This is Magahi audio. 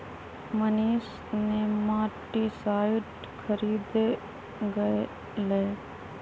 मनीष नेमाटीसाइड खरीदे गय लय